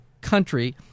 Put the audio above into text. country